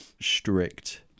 strict